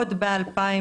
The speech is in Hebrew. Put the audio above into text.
שעוד ב-2021.